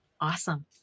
Awesome